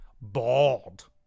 bald